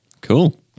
Cool